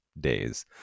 days